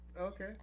okay